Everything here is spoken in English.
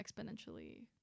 exponentially